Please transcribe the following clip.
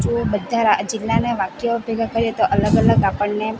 જો બધા જિલ્લાના વાક્ય ભેગા કરીએ તો અલગ અલગ આપણને